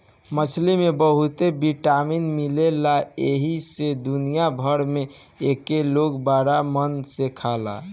मछरी में बहुते विटामिन मिलेला एही से दुनिया भर में एके लोग बड़ा मन से खाला